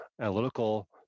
analytical